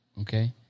okay